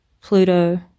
Pluto